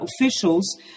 officials